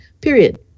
period